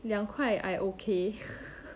两块 I okay